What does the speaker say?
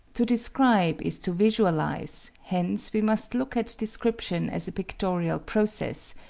to describe is to visualize hence we must look at description as a pictorial process,